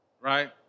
right